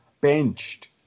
benched